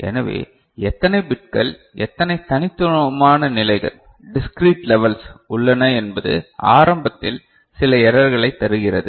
எனவே எத்தனை பிட்கள் எத்தனை தனித்துவமான நிலைகள் டிஸ்கிரீட் லெவல்ஸ் உள்ளன என்பது ஆரம்பத்தில் சில எரர்களை தருகிறது